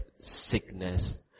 sickness